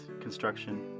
construction